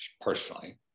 personally